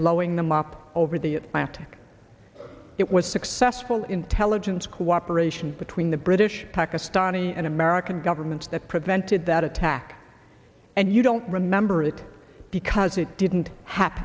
blowing them up over the atlantic it was successful intelligence cooperation between the british pakistani and american governments that prevented that attack and you don't remember it because it didn't happen